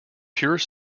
pure